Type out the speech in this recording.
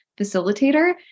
facilitator